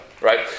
Right